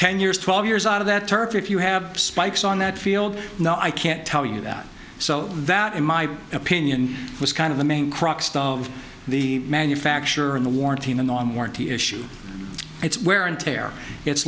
ten years twelve years out of that turf if you have spikes on that field no i can't tell you that so that in my opinion was kind of the main crux of the manufacturer in the warranty and on warranty issues it's wear and tear it